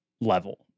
level